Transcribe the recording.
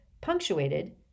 punctuated